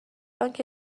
آنکه